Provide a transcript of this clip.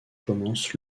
commence